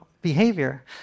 behavior